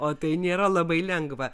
o tai nėra labai lengva